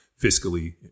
fiscally